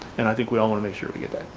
and i think we all wanna make sure we get that.